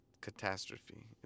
catastrophe